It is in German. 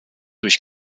durch